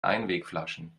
einwegflaschen